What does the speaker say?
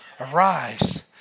Arise